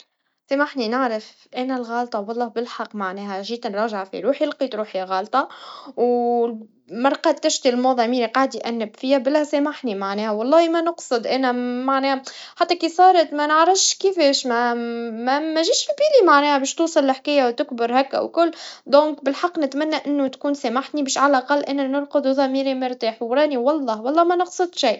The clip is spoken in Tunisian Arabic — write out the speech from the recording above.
سامحني نعرف أنا الغلطا بالله بالحق معنها جيت نراجع في روحي لقيت روحي غلطان, ول- مرقدتش طول الليل ضميري قاعد يأنب فيا, بالله سامحني معناها, واللهي منقصد, أنا ما نام, حتى كي صارت؟ منعرفش كيفاش مم- ما- مجاش في بالي معناها باش توصل الحكايا تكبر هكا والكل, لذلك بالحق نتمنى إنه تكون سامحتني باش على الأقل إنا نرقد وضميري مرتاح, وراني والله, والله ما نقصد شي.